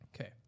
Okay